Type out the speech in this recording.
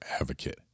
advocate